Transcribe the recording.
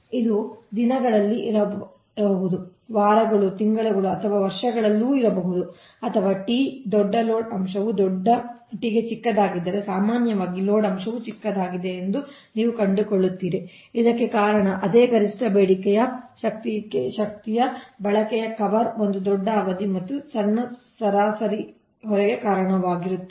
ಇದು ದಿನಗಳಲ್ಲಿ ಇರಬಹುದು ವಾರಗಳು ತಿಂಗಳುಗಳು ಅಥವಾ ವರ್ಷಗಳಲ್ಲಿ ಇರಬಹುದು ಅಥವಾ T ದೊಡ್ಡ ಲೋಡ್ ಅಂಶವು ದೊಡ್ಡ T ಗೆ ಚಿಕ್ಕದಾಗಿದ್ದರೆ ಸಾಮಾನ್ಯವಾಗಿ ಲೋಡ್ ಅಂಶವು ಚಿಕ್ಕದಾಗಿದೆ ಎಂದು ನೀವು ಕಂಡುಕೊಳ್ಳುತ್ತೀರಿ ಇದಕ್ಕೆ ಕಾರಣ ಅದೇ ಗರಿಷ್ಠ ಬೇಡಿಕೆಗೆ ಶಕ್ತಿಯ ಬಳಕೆಯ ಕವರ್ ಒಂದು ದೊಡ್ಡ ಅವಧಿ ಮತ್ತು ಸಣ್ಣ ಸರಾಸರಿ ಹೊರೆಗೆ ಕಾರಣವಾಗುತ್ತದೆ